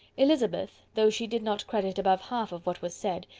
elizabeth, though she did not credit above half of what was said,